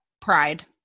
pride